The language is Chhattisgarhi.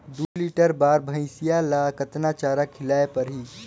दुई लीटर बार भइंसिया ला कतना चारा खिलाय परही?